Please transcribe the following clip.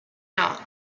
out